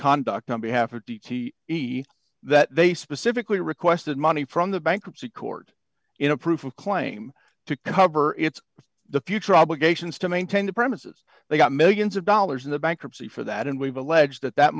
conduct on behalf of d t e that they specifically requested money from the bankruptcy court in a proof of claim to cover it's the future obligations to maintain the premises they got millions of dollars in the bankruptcy for that and we've alleged that that